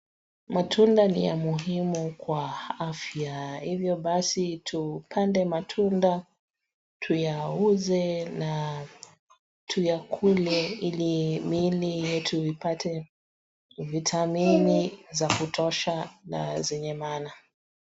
Matunda ni ya muhimu kwa afya hivyo basi tupande matunda tuyauze na tuyakule ili miili yetu ipate vitamini za kutosha na zenye maana.